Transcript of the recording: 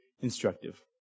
instructive